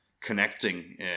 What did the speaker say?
connecting